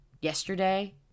Yesterday